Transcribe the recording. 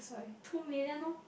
two million lor